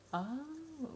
oh